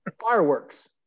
fireworks